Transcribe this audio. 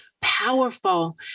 Powerful